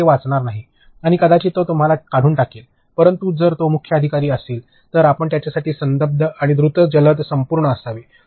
तो ते वाचणार नाही आणि कदाचित तो तुम्हाला काढून टाकेल परंतु जर तो मुख्य कार्यकारी अधिकारी असेल तर आपणास त्याच्यासाठी संबद्ध आणि द्रुत जलद संपूर्ण असावे